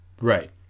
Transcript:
right